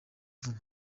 vuba